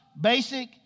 basic